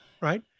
right